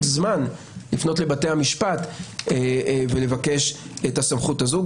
זמן לפנות לבתי המשפט ולבקש את הסמכות הזו.